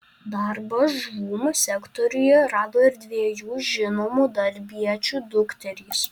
darbą žūm sektoriuje rado ir dviejų žinomų darbiečių dukterys